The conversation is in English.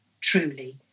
Truly